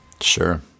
Sure